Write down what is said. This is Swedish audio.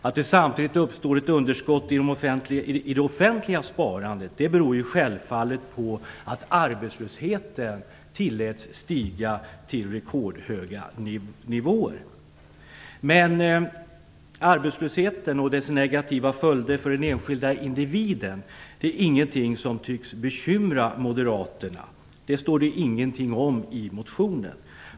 Att det samtidigt uppstod ett underskott i det offentliga sparandet beror självfallet på att arbetslösheten tilläts stiga till rekordhöga nivåer. Men arbetslösheten och dess negativa följder för den enskilda individen är ingenting som tycks bekymra moderaterna. Det står det ingenting om i motionen.